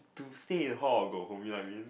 to stay hall go home you I mean